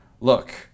look